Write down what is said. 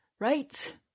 Right